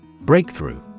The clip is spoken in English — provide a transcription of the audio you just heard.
Breakthrough